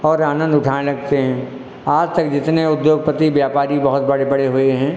और आनंद उठाने लगते हैं आज तक जितने उद्योगपति व्यापारी बहुत बड़े बड़े हुए हैं